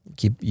Keep